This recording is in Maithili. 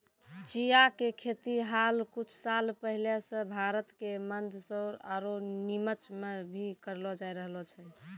चिया के खेती हाल कुछ साल पहले सॅ भारत के मंदसौर आरो निमच मॅ भी करलो जाय रहलो छै